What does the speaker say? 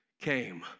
came